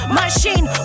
machine